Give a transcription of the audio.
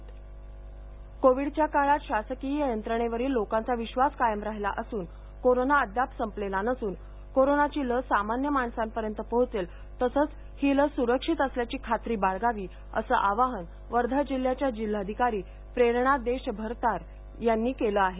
वर्धा कोविडच्या काळात शासकीय यंत्रणेवरील लोकांचा विश्वास कायम राहिला असून कोरोना अद्याप संपलेला नसून कोरोनाची लस सामान्य माणसापर्यंत पोहोचेल तसंच ही लस सुरक्षित असल्याची खात्री बाळगावी असे आवाहन वर्धा जिल्ह्याच्या जिल्हाधिकारी प्रेरणा देशभ्रतार यांनी केलं आहे